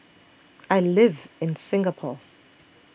I live in Singapore